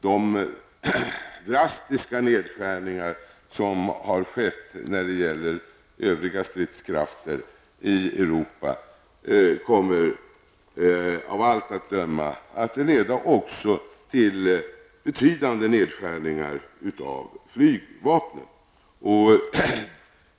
De drastiska nedskärningar av övriga stridskrafter i Europa som skett kommer emellertid av allt att döma att leda till betydande nedskärningar också av flygvapnet.